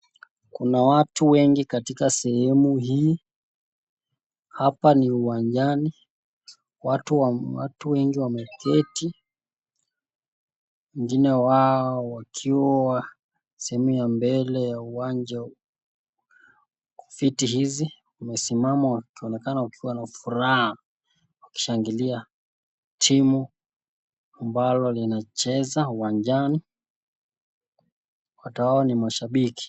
Kuna watu wengi katika sehemu hii hapa ni uwanjani watu wengi wameketi wengine wao wakiwa sehemu ya mbele ya uwanja kwa viti hizi wamesimama wakionekana wakiwa na furaha wakishangilia timu ambalo linacheza uwanjani watu hawa ni mashabiki.